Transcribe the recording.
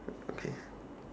o~ okay